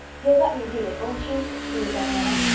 you'll let me read it, won't you? pleaded diana.